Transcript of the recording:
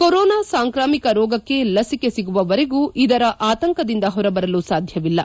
corona ಸಾಂಕ್ರಾಮಿಕ ರೋಗಕ್ಷೆ ಲಸಿಕೆ ಸಿಗುವವರೆಗೂ ಇದರ ಆತಂಕದಿಂದ ಹೊರಬರಲು ಸಾಧ್ಯವಿಲ್ಲ